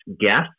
guess